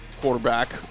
quarterback